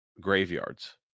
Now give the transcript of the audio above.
graveyards